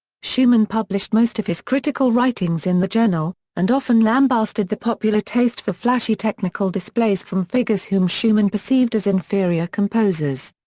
schumann published most of his critical writings in the journal, and often lambasted the popular taste for flashy technical displays from figures whom schumann perceived as inferior composers.